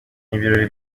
ibirori